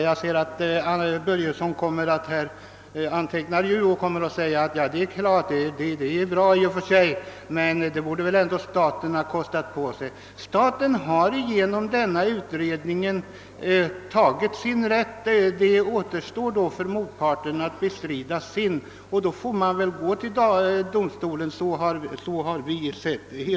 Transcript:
Jag ser att herr Börjesson i Glömminge nu antecknar flitigt, och han kommer förmodligen att säga: »Ja, det är ju bra i och för sig, men de kost naderna borde staten ha tagit på sig.» Då vill jag svara att staten genom den företagna utredningen har slagit vakt om sin rätt, och då återstår det för motparten att bestrida den, vilket man kan göra genom att gå till domstol. Så har vi sett på denna fråga.